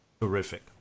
Terrific